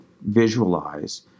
visualize